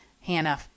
Hannah